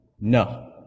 no